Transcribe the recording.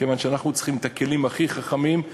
כיוון שאנחנו צריכים את הכלים הכי חכמים,